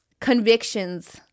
convictions